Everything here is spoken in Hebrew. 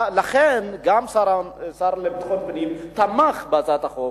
לכן גם השר לביטחון פנים תמך בהצעת החוק